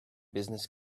business